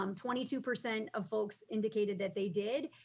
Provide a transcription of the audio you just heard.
um twenty two percent of folks indicated that they did,